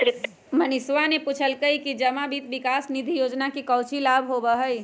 मनीषवा ने पूछल कई कि जमा वित्त विकास निधि योजना से काउची लाभ होबा हई?